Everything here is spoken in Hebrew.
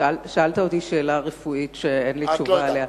שאלת אותי שאלה רפואית שאין לי תשובה עליה.